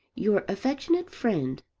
your affectionate friend,